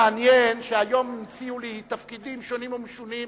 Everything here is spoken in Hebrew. מעניין שהיום המציאו לי תפקידים שונים ומשונים.